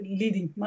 leading